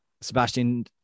Sebastian